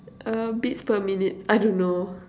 um beats per minute I don't know